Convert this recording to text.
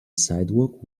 sidewalk